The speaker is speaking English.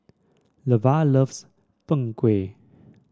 Levar loves Png Kueh